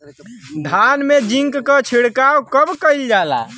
धान में जिंक क छिड़काव कब कइल जाला?